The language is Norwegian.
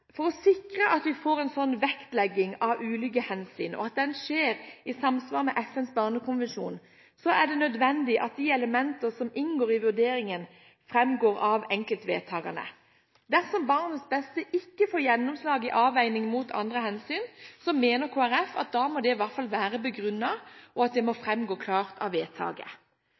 For å sikre at vi får en vektlegging av ulike hensyn, og at det skjer i samsvar med FNs barnekonvensjon, er det nødvendig at de elementer som inngår i vurderingen, framgår av enkeltvedtakene. Dersom barns beste ikke får gjennomslag i avveiningen mot andre hensyn, mener Kristelig Folkeparti at det i hvert fall må være begrunnet, og at det må framgå klart av vedtaket.